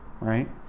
right